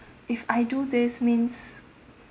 if I do this means